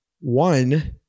One